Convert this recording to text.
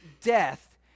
death